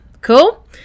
Cool